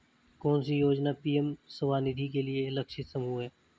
कौन सी योजना पी.एम स्वानिधि के लिए लक्षित समूह है?